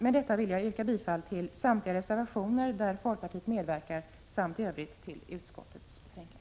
Med detta vill jag yrka bifall till samtliga reservationer där folkpartiet medverkar samt i övrigt till utskottets hemställan.